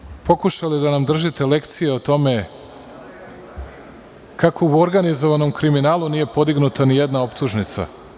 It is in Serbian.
Vi ste ovde pokušali da nam držite lekciju o tome kako u organizovanom kriminalu nije podignuta ni jedna optužnica.